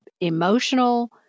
emotional